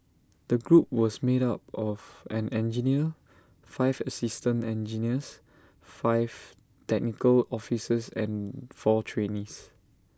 the group was made up of an engineer five assistant engineers five technical officers and four trainees